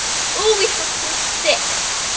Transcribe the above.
oh, we have some sticks!